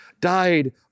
died